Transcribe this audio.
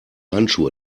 handschuhe